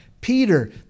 Peter